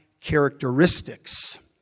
characteristics